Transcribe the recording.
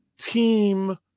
team